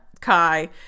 Kai